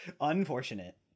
Unfortunate